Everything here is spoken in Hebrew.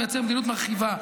אתה מייצר מדיניות מרחיבה,